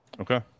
Okay